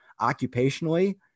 occupationally